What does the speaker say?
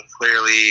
clearly